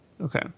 Okay